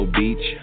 beach